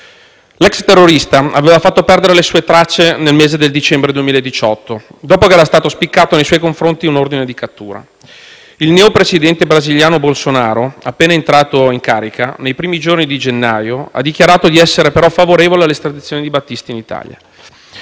l'ex terrorista aveva fatto perdere le sue tracce nel mese di dicembre 2018, dopo che era stato spiccato nei suoi confronti un ordine di cattura; il neo Presidente brasiliano Bolsonaro, appena entrato in carica, nei primi giorni di gennaio, ha dichiarato di essere favorevole all'estradizione di Battisti in Italia;